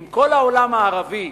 עם כל העולם הערבי,